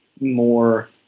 more